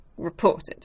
reported